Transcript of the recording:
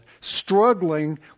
struggling